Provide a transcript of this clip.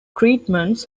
treatments